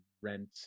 rent